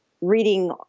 reading